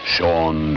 Sean